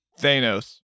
Thanos